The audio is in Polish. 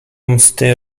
msty